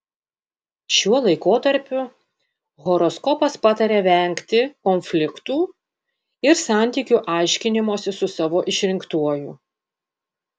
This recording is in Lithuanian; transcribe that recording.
šiuo laikotarpiu horoskopas pataria vengti konfliktų ir santykių aiškinimosi su savo išrinktuoju